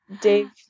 Dave